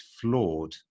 flawed